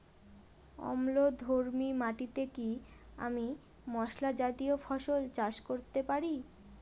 অম্লধর্মী মাটিতে কি আমি মশলা জাতীয় ফসল চাষ করতে পারি?